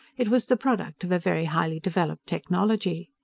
it was the product of a very highly developed technology.